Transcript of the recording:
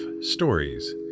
stories